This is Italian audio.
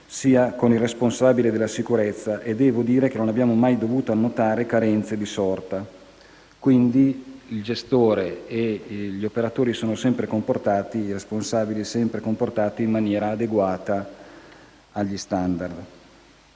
sia con il responsabile della sicurezza e devo dire che non abbiamo mai dovuto annotare carenze di sorta. Quindi, il gestore, gli operatori e i responsabili si sono sempre comportati in maniera adeguata agli *standard*.